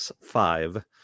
five